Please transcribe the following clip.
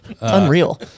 unreal